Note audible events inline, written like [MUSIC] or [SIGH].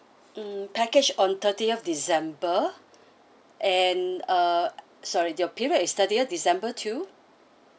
mm package on thirtieth december and uh [NOISE] sorry your period is thirtieth december to